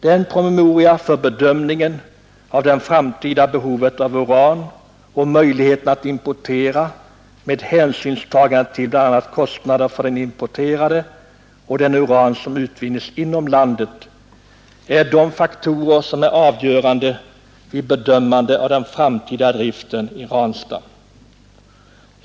I en promemoria behandlas det framtida behovet av uran och möjligheterna att importera, och där tas hänsyn bl.a. till kostnaderna för den importerade uranen och den uran som utvinns inom landet — faktorer som är avgörande vid bedömandet av den framtida bristen i Ranstad.